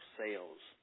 sales